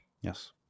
Yes